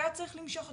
היה צריך למשוך אותו.